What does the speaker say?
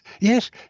yes